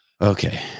Okay